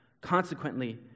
Consequently